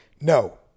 no